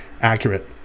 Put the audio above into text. accurate